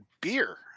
beer